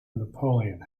napoleon